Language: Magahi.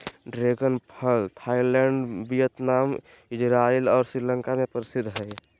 ड्रैगन फल थाईलैंड वियतनाम, इजराइल और श्रीलंका में प्रसिद्ध हइ